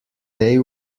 they